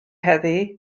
heddiw